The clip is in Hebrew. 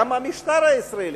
גם המשטר הישראלי,